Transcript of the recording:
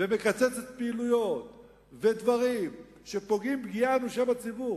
מקצצת פעילויות ודברים שפוגעים פגיעה אנושה בציבור.